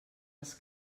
els